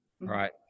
right